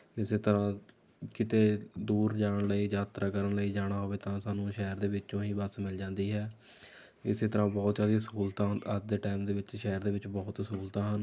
ਇਸੇ ਤਰ੍ਹਾਂ ਕਿਤੇ ਦੂਰ ਜਾਣ ਲਈ ਯਾਤਰਾ ਕਰਨ ਲਈ ਜਾਣਾ ਹੋਵੇ ਤਾਂ ਸਾਨੂੰ ਸ਼ਹਿਰ ਦੇ ਵਿੱਚੋਂ ਹੀ ਬਸ ਮਿਲ ਜਾਂਦੀ ਹੈ ਇਸੇ ਤਰ੍ਹਾਂ ਬਹੁਤ ਸਾਰੀਆਂ ਸਹੂਲਤਾਂ ਹਨ ਅੱਜ ਦੇ ਟਾਈਮ ਦੇ ਵਿੱਚ ਸ਼ਹਿਰ ਦੇ ਵਿੱਚ ਬਹੁਤ ਸਹੂਲਤਾਂ ਹਨ